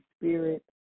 Spirit